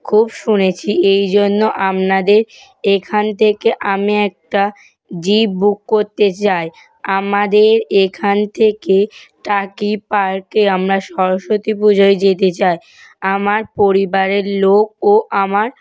খুব শুনেছি এই জন্য আমনাদের এখান থেকে আমি একটা জীপ বুক করতে চাই আমাদের এখান থেকে টাকি পার্কে আমরা সরস্বতী পুজোয় যেতে চাই আমার পরিবারের লোক ও আমার